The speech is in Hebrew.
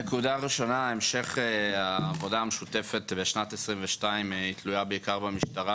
המשך העבודה המשותפת בשנת 22' תלויה בעיקר במשטרה,